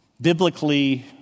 Biblically